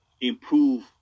improve